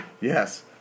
Yes